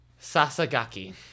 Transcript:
Sasagaki